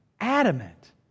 adamant